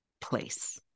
place